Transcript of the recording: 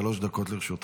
שלוש דקות לרשותך.